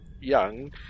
young